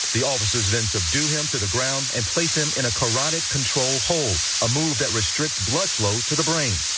the officers then subdue him to the ground and place him in a carotid control hold, a move that restricts blood flow to the brain.